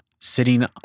sitting